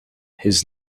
his